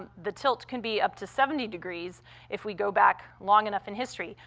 um the tilt can be up to seventy degrees if we go back long enough in history.